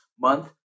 month